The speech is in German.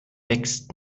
wächst